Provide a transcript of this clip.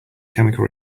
chemical